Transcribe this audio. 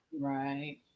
Right